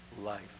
life